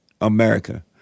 America